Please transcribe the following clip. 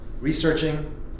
researching